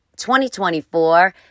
2024